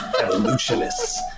Evolutionists